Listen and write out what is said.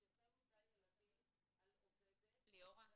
יש יותר מדי ילדים לעובדת --- ליאורה,